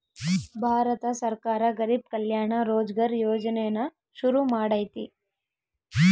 ಭಾರತ ಸರ್ಕಾರ ಗರಿಬ್ ಕಲ್ಯಾಣ ರೋಜ್ಗರ್ ಯೋಜನೆನ ಶುರು ಮಾಡೈತೀ